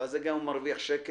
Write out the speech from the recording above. גם אם הוא מרוויח שקל,